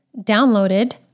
downloaded